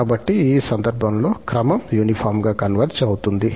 కాబట్టి ఈ సందర్భంలో క్రమం యూనిఫార్మ్ గా కన్వర్జ్ అవుతుంది